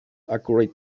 accurate